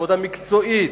עבודה מקצועית,